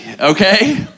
okay